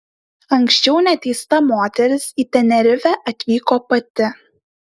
anksčiau neteista moteris į tenerifę atvyko pati